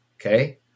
Okay